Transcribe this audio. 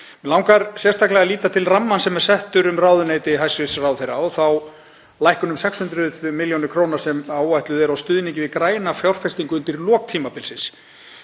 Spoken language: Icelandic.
Mig langar sérstaklega að líta til rammans sem er settur um ráðuneyti hæstv. ráðherra og þá lækkun um 600 millj. kr. sem áætluð er á stuðningi við græna fjárfestingu undir lok tímabilsins.